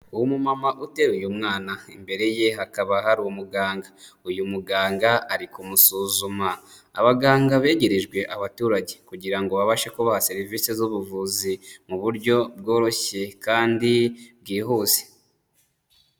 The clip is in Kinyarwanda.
Uwo mumama uteruye umwana, imbere ye hakaba hari umuganga, uyu muganga ari kumusuzuma, abaganga begerejwe abaturage kugira ngo babashe kubaha serivise z'ubuvuzi mu buryo bworoshye kandi bwihuse.